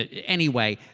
anyway,